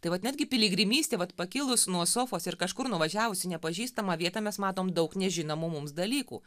tai vat netgi piligrimystė vat pakilus nuo sofos ir kažkur nuvažiavus į nepažįstamą vietą mes matom daug nežinomų mums dalykų